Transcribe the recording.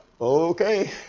okay